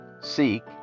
Seek